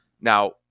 Now